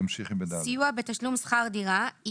מה הגובה של שכר הדירה?